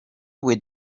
with